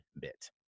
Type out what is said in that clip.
bit